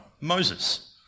Moses